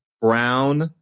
brown